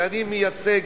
שאני מייצג,